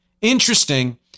Interesting